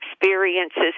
experiences